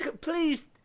Please